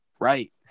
Right